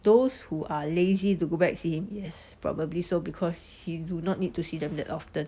those who are lazy to go back scene yes probably so because he do not need to see them that often